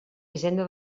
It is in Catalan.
hisenda